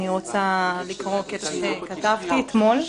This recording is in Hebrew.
אני רוצה לקרוא קטע שכתבתי אתמול: